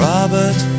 Robert